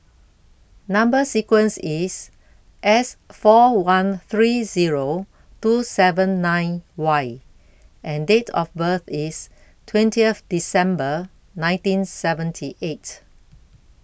Number sequence IS S four one three Zero two seven nine Y and Date of birth IS twentieth December nineteen seventy eight